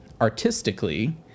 artistically